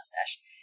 mustache